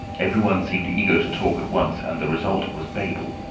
everyone seemed eager to talk at once, and the result was babel.